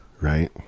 right